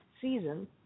season